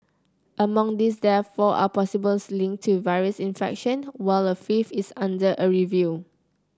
among these deaths four are possible linked to virus infection while a fifth is under a review